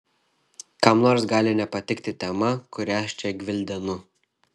kam nors gali nepatikti tema kurią aš čia gvildenu